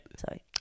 Sorry